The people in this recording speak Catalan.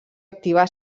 activa